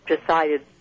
decided